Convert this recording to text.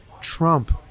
Trump